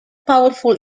powerful